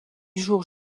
jours